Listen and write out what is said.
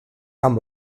amb